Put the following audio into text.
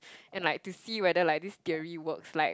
and like to see whether like this theory works like